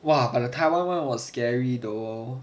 !wah! but the taiwan [one] was scary though